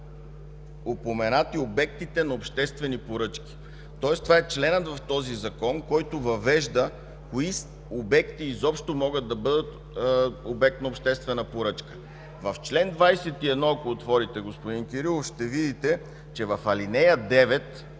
обектите на обществени поръчки. Това е членът в този Закон, който въвежда кои обекти изобщо могат да бъдат обекти на обществена поръчка. В чл. 21, ако отворите, господин Кирилов, ще видите, че в ал. 9